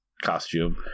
Costume